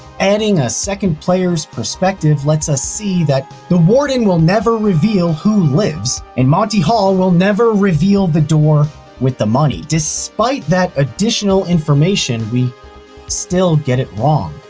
adding a second player's perspective lets us see that the warden will never reveal who lives and monty hall will never reveal the door with the money. despite that additional information, we still get it wrong.